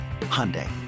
Hyundai